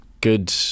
Good